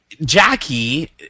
Jackie